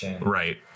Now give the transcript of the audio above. Right